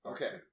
Okay